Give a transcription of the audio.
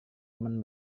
teman